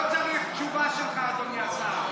לא צריך תשובה שלך, אדוני השר.